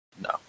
No